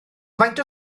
faint